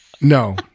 No